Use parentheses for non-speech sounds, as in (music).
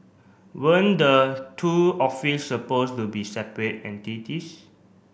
weren't the two office supposed to be separate (unintelligible)